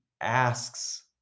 asks